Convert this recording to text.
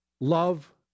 love